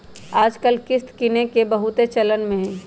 याजकाल किस्त किनेके बहुते चलन में हइ